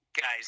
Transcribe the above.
Guys